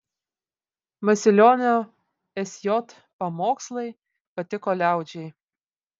masilionio sj pamokslai patiko liaudžiai